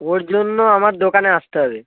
ওর জন্য আমার দোকানে আসতে হবে